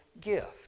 gift